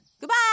Goodbye